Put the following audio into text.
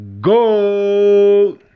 go